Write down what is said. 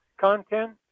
content